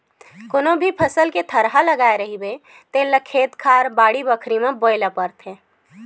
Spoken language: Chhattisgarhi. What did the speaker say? कोनो भी फसल के थरहा लगाए रहिबे तेन ल खेत खार, बाड़ी बखरी म बोए ल परथे